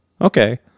okay